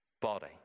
body